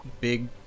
big